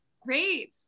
Great